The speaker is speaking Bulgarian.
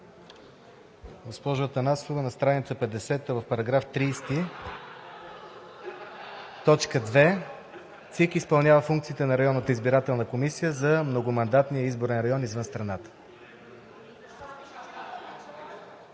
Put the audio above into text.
Госпожо Атанасова, на страница 50 в § 30, т. 2: „ЦИК изпълнява функциите на районната избирателна комисия за многомандатния изборен район извън страната“.